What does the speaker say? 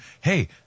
Hey